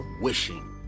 Wishing